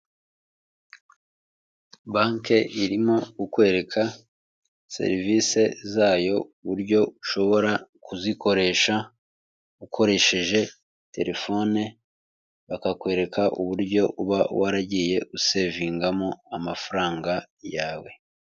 Banki irimo kukwereka serivisi zayo uburyo ushobora kuzikoresha ukoresheje telefone, bakakwereka uburyo uba waragiye usevingamo amafaranga yawe.